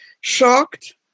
shocked